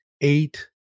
eight